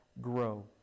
grow